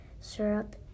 syrup